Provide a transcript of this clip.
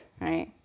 right